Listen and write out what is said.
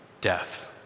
death